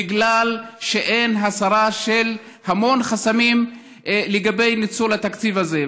בגלל שאין הסרה של המון חסמים לגבי ניצול התקציב הזה.